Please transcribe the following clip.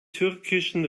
türkischen